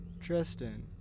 Tristan